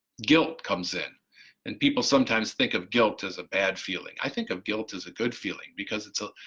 guilt comes in and people sometimes think of guilt as a bad feeling. i think of guilt as a good feeling, because it's a,